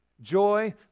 Joy